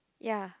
ya